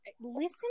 Listen